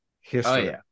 history